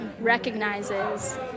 recognizes